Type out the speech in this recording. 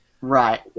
Right